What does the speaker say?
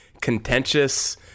contentious